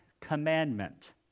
commandment